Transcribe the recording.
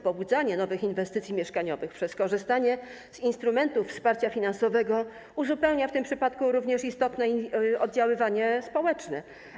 Pobudzanie nowych inwestycji mieszkaniowych przez korzystanie z instrumentów wsparcia finansowego uzupełnia w tym przypadku również istotne oddziaływanie społeczne.